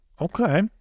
Okay